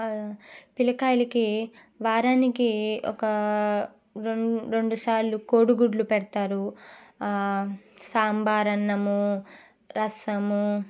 పిల్లకాయలకి వారానికి ఒక రెండు రెండుసార్లు కోడిగుడ్లు పెడతారు సాంబార్ అన్నము రసము